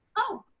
oh,